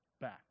Back